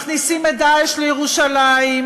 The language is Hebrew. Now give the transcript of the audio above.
מכניסים את "דאעש" לירושלים,